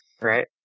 Right